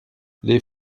les